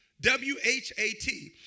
W-H-A-T